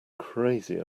crazy